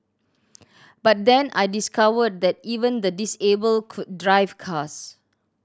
but then I discovered that even the disabled could drive cars